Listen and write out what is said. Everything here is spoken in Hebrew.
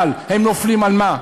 אבל הם נופלים על מה?